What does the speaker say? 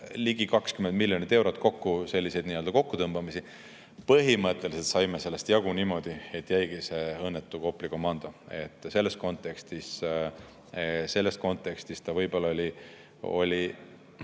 Ligi 20 miljonit eurot kokku selliseid nii-öelda kokkutõmbamisi. Põhimõtteliselt saime sellest jagu niimoodi, et jäigi see õnnetu Kopli komando. Selles kontekstis ta võib-olla oli